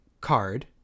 card